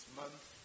month